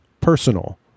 personal